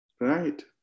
Right